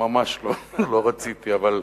ממש לא, לא רציתי, אבל